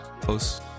close